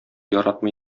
яратмый